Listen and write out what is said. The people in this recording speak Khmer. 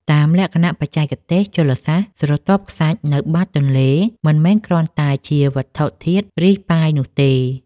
តាមលក្ខណៈបច្ចេកទេសជលសាស្ត្រ ស្រទាប់ខ្សាច់នៅបាតទន្លេមិនមែនគ្រាន់តែជាវត្ថុធាតុរាយប៉ាយនោះទេ។